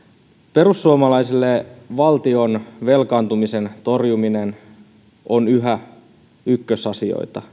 perussuomalaisille valtion velkaantumisen torjuminen on yhä ykkösasioita